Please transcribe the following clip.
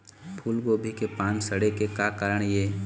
फूलगोभी के पान सड़े के का कारण ये?